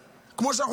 שישלמו,